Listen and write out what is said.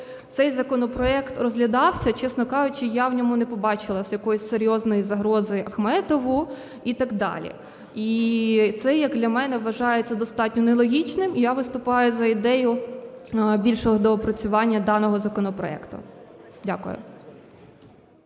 цей законопроект розглядався, чесно кажучи, я в ньому не побачила якоїсь серйозної загрози Ахметову і так далі. І це, як для мене, вважається достатньо нелогічним, і я виступаю за ідею більшого доопрацювання даного законопроекту. Дякую.